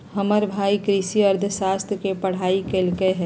हमर भाई कृषि अर्थशास्त्र के पढ़ाई कल्कइ ह